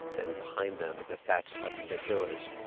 and, behind them, the thatched huts of their village.